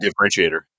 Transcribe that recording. differentiator